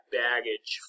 baggage